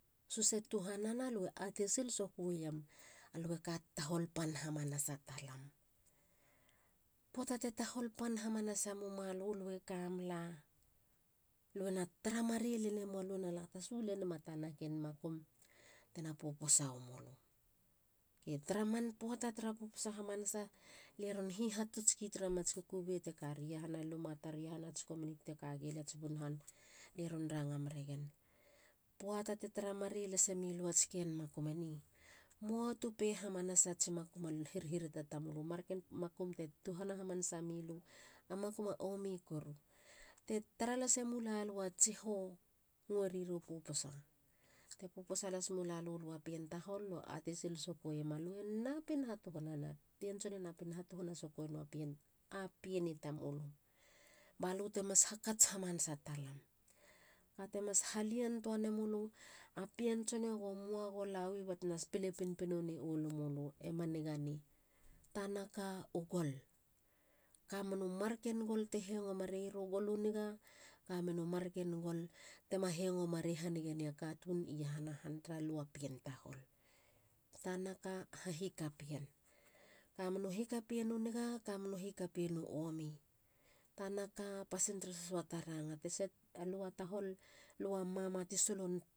Sus e tuhana. lue ateisil sokueiema alue tahol pan hamanasa talam. Poata te tahol pan hamanasa mumalu. lue kamula. luena tara marei lanamou alue na tasu lenemou a tana ken makum tena puposa wamolu. I taraman poata tara puposa hamanasa lie ron hihatutsgi tara mats kukubei te kari iahana luma tar. iahanats community tekagi lia. ats bun han. lie ron ranga meregen. puata te taramarei lasemiluats ken makum eni. muatu pe hamanasats makumun hirhirata tamulu. marken makum te tuhana hamanasa milu. a makum a omi koru. te tara lasemula lua tsiho. nguerira puposa. te puposa las mula lu. lua pien tahol. lue atesil sokueiema lue napin hatuhanam. pien tson e napin hattuhana sokueno pien ii tamulu. balute mas hakats hamanasa talam. kate mas haliantuam nemulu. a pien tson e go muago lawi batena pile pinpinone olimiulu. E ma niganei. tanaka u gol. kamenu marken gol tema hengo hanigene a katun i iahana han taralu a pien tahol. Tanaka. hahi kapien u omi. tanaka. pasin turu susuat ranga. alua tahol. lua mama ti solon